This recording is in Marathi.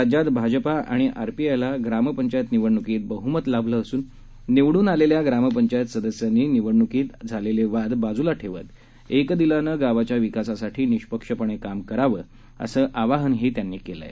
राज्यात भजप आणि आरपीआयला ग्राम पंचायत निवडणुकीत बहमत लाभले असून निवडून आलेल्या ग्राम पंचायत सदस्यांनी निवडणुकीत झालेले वाद बाजूला ठेवत एकदिलानं गावाच्या विकासासाठी निष्पक्षपणे काम करावं असं आवाहनही त्यांनी केलं आहे